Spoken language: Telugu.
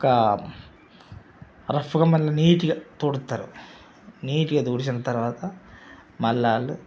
ఒక రఫ్కు మళ్ళా నీట్గా తుడుస్తారు నీట్గా తుడిచిన తర్వాత మళ్ళీ వాళ్ళు